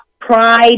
pride